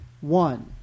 one